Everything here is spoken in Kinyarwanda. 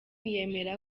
yemera